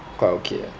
quite okay ah